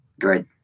good